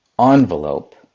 envelope